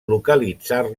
localitzar